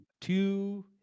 two